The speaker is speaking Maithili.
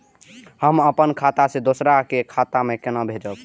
हम आपन खाता से दोहरा के खाता में केना भेजब?